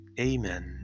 Amen